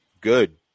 good